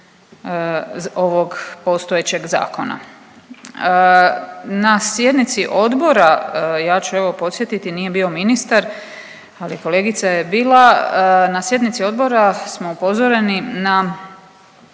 ovog postojećeg zakona. Na sjednici odbora ja ću evo podsjetiti nije bio ministar, ali kolegica je bila. Na sjednici odbora smo upozoreni na